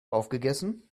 aufgegessen